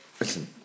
Listen